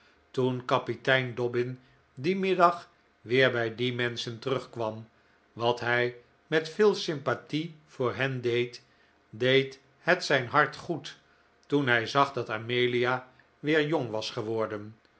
toen kapitein dobbin dien middag weer bij die menschen terugkwam wat hij met veel sympathie voor hen deed deed het zijn hart goed toen hij zag dat amelia weer jong was geworden